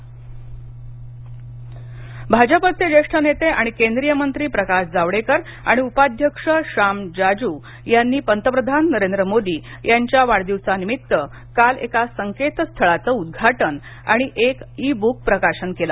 मोदी पस्तक भाजपचे ज्येष्ठ नेते आणि केंद्रीय मंत्री प्रकाश जावडेकर आणि उपाध्यक्ष श्याम जाजू यांनी पंतप्रधान नरेंद्र मोदी यांच्या वाढदिवसानिमित्त काल एका संकेतस्थळाचं उद्घाटन आणि एक ई बूक प्रकाशन केलं